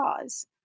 cause